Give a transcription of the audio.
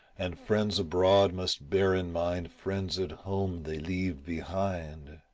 and friends abroad must bear in mind friends at home they leave behind.